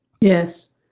Yes